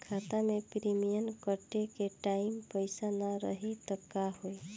खाता मे प्रीमियम कटे के टाइम पैसा ना रही त का होई?